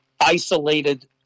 isolated